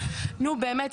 נו באמת,